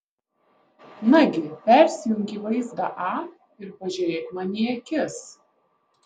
nagi persijunk į vaizdą a ir pažiūrėk man į akis